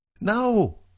No